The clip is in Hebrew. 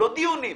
לא דיונים.